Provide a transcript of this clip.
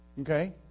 Okay